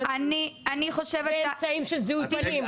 יש אמצעים ביומטריים ואמצעים של זיהוי פנים,